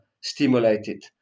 stimulated